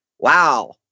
Wow